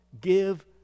give